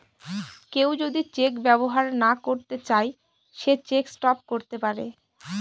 কেউ যদি চেক ব্যবহার না করতে চাই সে চেক স্টপ করতে পারবে